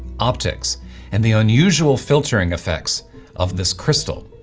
optics and the unusual filtering effects of this crystal.